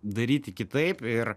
daryti kitaip ir